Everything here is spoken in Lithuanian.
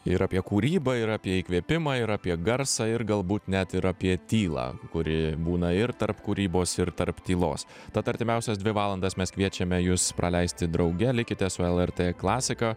ir apie kūrybą ir apie įkvėpimą ir apie garsą ir galbūt net ir apie tylą kuri būna ir tarp kūrybos ir tarp tylos tad artimiausias dvi valandas mes kviečiame jus praleisti drauge likite su lrt klasiką